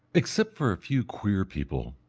except for a few queer people,